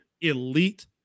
elite